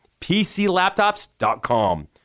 PClaptops.com